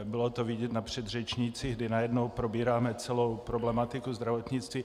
Bylo to vidět na předřečnících, kdy najednou probíráme celou problematiku zdravotnictví.